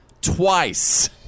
Twice